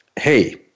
hey